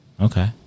okay